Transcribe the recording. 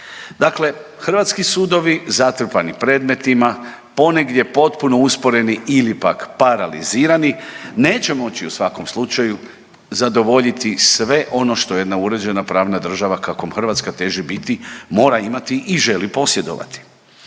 Dakle, hrvatski sudovi zatrpani predmetima ponegdje potpuno usporeni ili pak paralizirani neće moći u svakom slučaju zadovoljiti sve ono što jedna uređena pravna država kakvoj Hrvatska teži biti, mora imati i želi posjedovati.